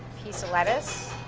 piece of lettuce.